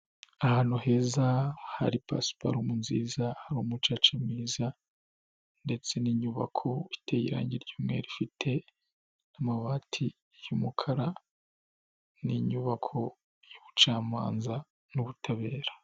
Ahantu heza hari pasiparumu nziza, hari umucaca mwiza ndetse n'inyubako iteye irangi ry'umweru, ifite amabati y'umukara. Ni inyubako y'ubucamanza n'ubutabera.